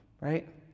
right